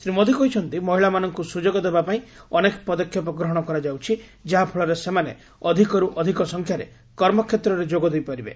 ଶ୍ରୀ ମୋଦି କହିଛନ୍ତି ମହିଳାମାନଙ୍କୁ ସୁଯୋଗ ଦେବା ପାଇଁ ଅନେକ ପଦକ୍ଷେପ ଗ୍ରହଣ କରାଯାଉଛି ଯାହା ଫଳରେ ସେମାନେ ଅଧିକରୁ ଅଧିକ ସଂଖ୍ୟାରେ କର୍ମ କ୍ଷେତ୍ରରେ ଯୋଗ ଦେଇପାରିବେ